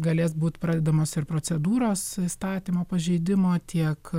galės būt pradedamos ir procedūros įstatymo pažeidimo tiek